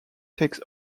takes